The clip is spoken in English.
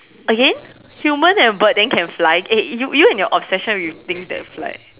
again human and bird then can fly eh you you and your obsession with things that fly